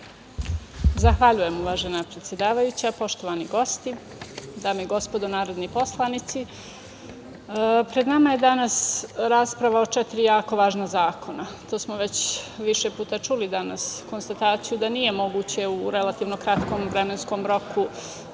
Zahvaljujem. Poštovani gosti, dame i gospodo narodni poslanici, pred nama je danas rasprava o četiri jako važna zakona. To smo već više puta čuli danas, konstataciju da nije moguće u relativno kratkom vremenskom roku